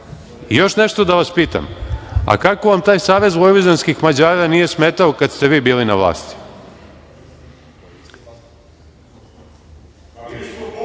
nešto da vas pitam, a kako vam taj Savez vojvođanskih Mađara nije smetao kad ste vi bili na vlasti?(Srđan